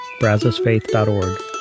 brazosfaith.org